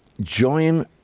join